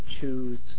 choose